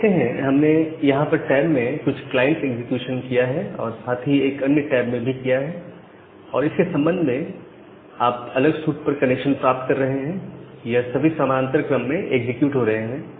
आप देखते हैं हमने यहां इस टैब में कुछ क्लाइंट एग्जीक्यूशन किया है और साथ ही एक अन्य टैब में भी किया है और इसके संबंध में आप अलग सूट पर कनेक्शन प्राप्त कर रहे हैं और यह सभी समानांतर क्रम में एग्जीक्यूट हो रहे हैं